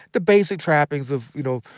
the basic trappings of, you know,